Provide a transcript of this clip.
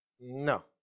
No